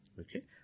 Okay